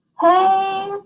hey